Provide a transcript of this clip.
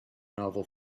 novel